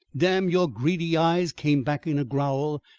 damn your greedy eyes! came back in a growl.